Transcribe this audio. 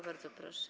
Bardzo proszę.